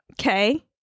Okay